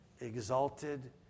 exalted